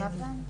אליעזר קפלן?